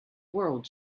world